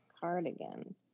cardigan